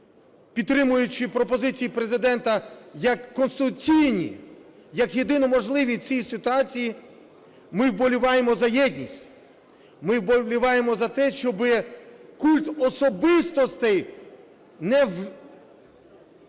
підтримуючи пропозиції Президента як конституційні, як єдино можливі в цій ситуації, ми вболіваємо за єдність, ми вболіваємо за те, щоб культ особистостей не